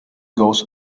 goes